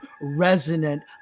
resonant